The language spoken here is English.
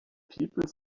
people